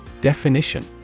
Definition